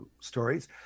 stories